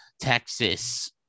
Texas